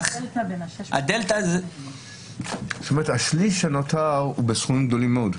זאת אומרת שהשליש שנותר הוא בסכומים גדולים מאוד.